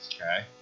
Okay